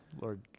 lord